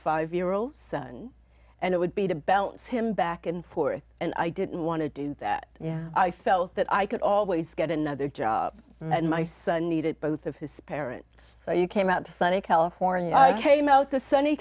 five year old son and it would be to bounce him back and forth and i didn't want to do that yeah i felt that i could always get another job and my son needed both of his parents so you came out to sunny california i came out to sunny